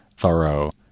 thorough,